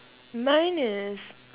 mine is